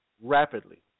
rapidly